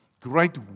great